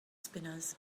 spinners